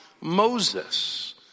Moses